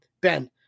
ben